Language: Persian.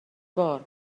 بار